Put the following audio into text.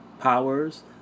powers